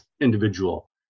individual